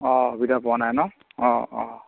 অঁ সুবিধা পোৱা নাই ন অঁ অঁ